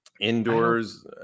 indoors